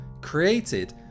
created